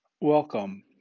Welcome